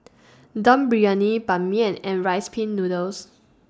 Dum Briyani Ban Mian and Rice Pin Noodles